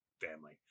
family